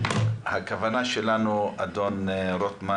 הכוונה שלנו, אדון רוטמן